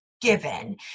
given